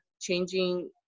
changing